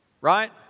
right